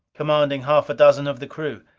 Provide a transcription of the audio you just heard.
commanding half a dozen of the crew.